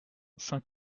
saint